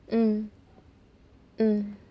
mm mm